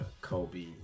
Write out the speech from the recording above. Kobe